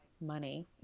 money